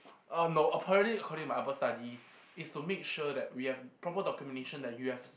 uh no apparently according to my upper study it's to make sure that we have proper documentation that you have